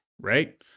right